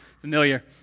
familiar